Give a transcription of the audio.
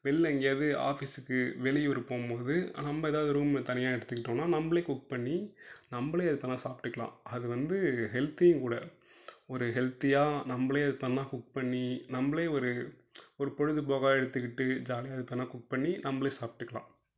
வெளியில் எங்கேயாது ஆஃபிஸ்ஸுக்கு வெளியூர் போகும் போது நம்ம ஏதாவது ரூம் தனியாக எடுத்துக்கிட்டோனா நம்மளே குக் பண்ணி நம்மளே அது பேர்னா சாப்பிட்டுக்கலாம் அது வந்து ஹெல்த்தியும் கூட ஒரு ஹெல்த்தியாக நம்மளே அது பேர்னா குக் பண்ணி நம்மளே ஒரு ஒரு பொழுது போக்காக எடுத்துக்கிட்டு ஜாலியாக இது பேர்னா குக் பண்ணி நம்மளே சாப்பிட்டுக்கலாம்